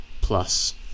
plus